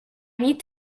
need